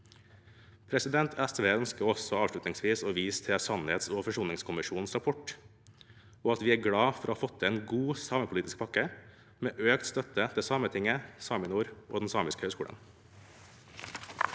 også avslutningsvis å vise til sannhets- og forsoningskommisjonens rapport, og at vi er glade for å ha fått til en god samepolitisk pakke med økt støtte til Sametinget, SAMINOR og Samisk høgskole.